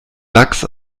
lachs